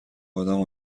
ادم